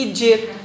Egypt